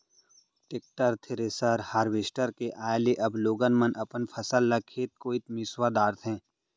tractor, thresher, harvester के आए ले अब लोगन मन अपन फसल ल खेते कोइत मिंसवा डारथें